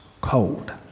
cold